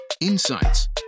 insights